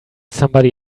somebody